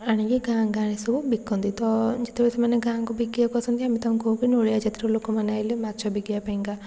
ଆଣିକି ଗାଁ ଗାଁରେ ସବୁ ବିକନ୍ତି ତ ଯେତେବେଳେ ସେମାନେ ଗାଁକୁ ବିକିବାକୁ ଆସନ୍ତି ଆମେ ତାଙ୍କୁ କହୁ ନୋଳିଆ ଜାତିର ଲୋକମାନେ ଆଇଲେ ମାଛ ବିକିବା ପାଇଁକା